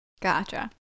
Gotcha